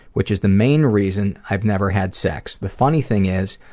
which is the main reason i've never had sex. the funny thing is,